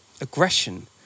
aggression